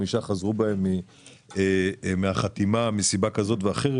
חמישה חזרו מהם מהחתימה מסיבה כזאת ואחרת.